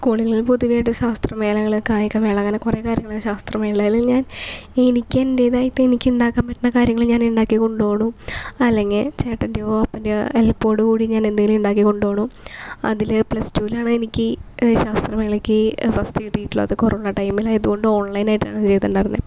സ്കൂളിൽ പൊതുവേ ആയിട്ട് ശാസ്ത്രമേളകൾ കായികമേള അങ്ങനെ കുറേ മേളകൾ ശാസ്ത്രമേളകളില് ഞാന് എനിക്ക് എന്റെതായിട്ട് എനിക്കുണ്ടാക്കാന് പറ്റുന്ന കാര്യങ്ങൾ ഞാൻ ഉണ്ടാക്കി കൊണ്ടുപോകുന്നു അല്ലെങ്കിൽ ചേട്ടന്റെയോ അപ്പന്റെയോ ഹെല്പ്പോടു കൂടി ഞാൻ എന്തേലും ഉണ്ടാക്കിക്കൊണ്ട് ആണ് അതിൽ പ്ലസ്ടൂവിലാണ് എനിക്ക് ശാസ്ത്രമേളയ്ക്ക് ഫസ്റ്റ് കിട്ടിയിട്ടുള്ളത് അത് കൊറോണ ടൈമിൽ ആയാത് കൊണ്ട് ഓണ്ലൈനായിട്ടാണ് ചെയ്തിട്ടുണ്ടായിരുന്നത്